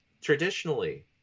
traditionally